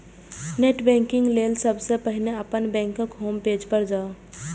net banking लेल सबसं पहिने अपन बैंकक होम पेज पर जाउ